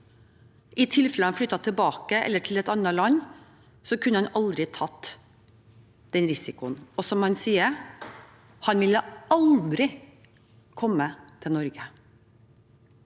i tilfelle han flyttet tilbake eller til et annet land, kunne han aldri tatt den risikoen. Som han sier: Han ville aldri kommet til Norge.